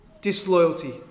disloyalty